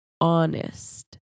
honest